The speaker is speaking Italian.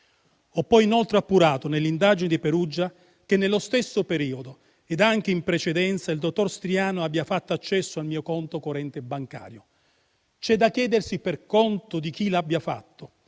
Ho inoltre appurato nell'indagine di Perugia che, nello stesso periodo ed anche in precedenza, il dottor Striano ha fatto accesso al mio conto corrente bancario. C'è da chiedersi per conto di chi l'abbia fatto